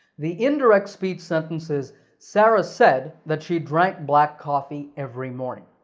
the indirect speech sentence is sarah said that she drank black coffee every morning.